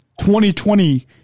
2020